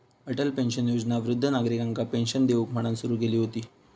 Atal pension योजना वृद्ध नागरिकांका पेंशन देऊक म्हणान सुरू केली हुती